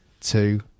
two